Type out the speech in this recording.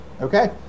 Okay